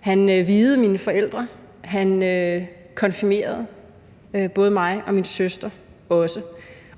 han viede mine forældre, og han konfirmerede også både mig og min søster.